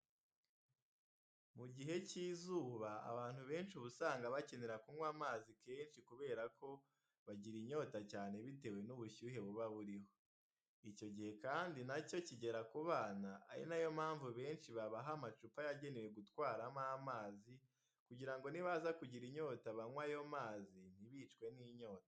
Mu gihe cy'izuba abantu benshi uba usanga bakenera kunywa amazi kenshi kubera ko bagira inyota cyane bitewe n'ubushyuhe buba buriho. Icyo gihe kandi na cyo kigera ku bana ari na yo mpamvu benshi babaha amacupa yagenewe gutwarwamo amazi kugira ngo nibaza kugira inyota banywe ayo mazi ntibicwe n'inyota.